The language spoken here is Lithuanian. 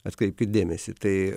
atkreipkit dėmesį tai